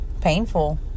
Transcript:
painful